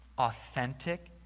authentic